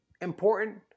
important